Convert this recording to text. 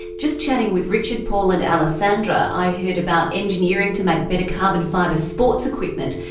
just chatting with richard, paul and alessandra i heard about engineering to make better carbon fibre sports equipment,